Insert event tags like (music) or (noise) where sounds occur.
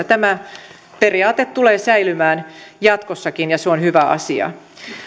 (unintelligible) tämä periaate tulee säilymään jatkossakin ja se on hyvä asia